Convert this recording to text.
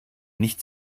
nicht